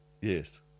Yes